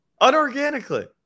unorganically